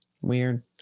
Weird